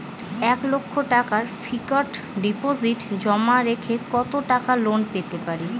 এক লক্ষ টাকার ফিক্সড ডিপোজিট জমা রেখে কত টাকা লোন পেতে পারি?